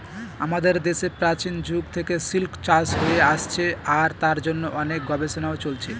আমাদের দেশে প্রাচীন যুগ থেকে সিল্ক চাষ হয়ে আসছে আর তার জন্য অনেক গবেষণাও চলছে